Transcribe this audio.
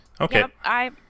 Okay